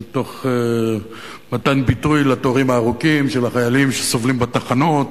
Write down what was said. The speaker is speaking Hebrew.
תוך מתן ביטוי לתורים הארוכים של החיילים שסובלים בתחנות,